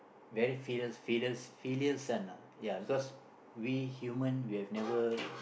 very furious furious furious son ah ya cause we human we have never